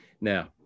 Now